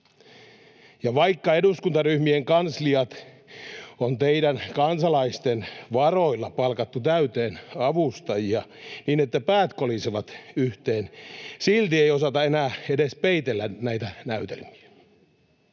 Ja vaikka eduskuntaryhmien kansliat on teidän kansalaisten varoilla palkattu niin täyteen avustajia, että päät kolisevat yhteen, silti ei osata enää edes peitellä näitä näytelmiä.